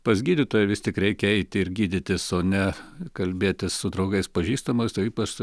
pas gydytoją vis tik reikia eiti ir gydytis o ne kalbėtis su draugais pažįstamais o ypač su